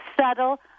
subtle